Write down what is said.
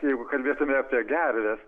jeigu kalbėtume apie gerves